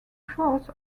force